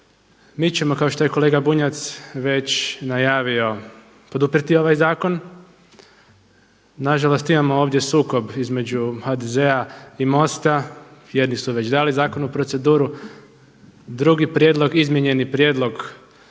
Mi ćemo kao što je kolega Bunjac već najavio poduprijeti ovaj zakon. Na žalost imamo ovdje sukob između HDZ-a i MOST-a. Jedni su već dali zakon u proceduru. Drugi prijedlog, izmijenjeni prijedlog tek